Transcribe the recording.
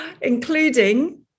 including